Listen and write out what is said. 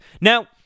Now-